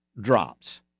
drops